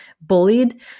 bullied